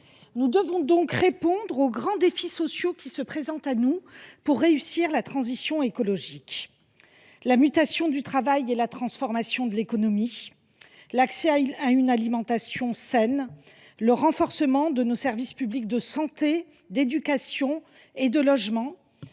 nous devons donc répondre aux grands défis sociaux qui se présentent à nous : la mutation du travail et la transformation de l’économie, l’accès à une alimentation saine et le renforcement de nos services publics de santé, d’éducation et de logement,